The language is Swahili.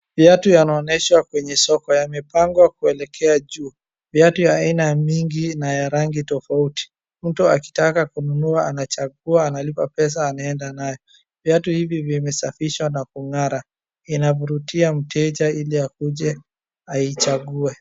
Viatu yanaonyeshwa kwenye soko. Yamepangwa kuelekea juu. Viatu ya aina mingi na ya rangi tofauti. Mtu akitaka kununua anachagua analipa pesa anaenda nayo. Viatu hivi zimesafishwa na kung'ara inavurutia mteja iliakuje aichague.